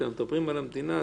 כשמדברים על המדינה,